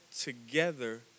together